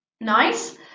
Nice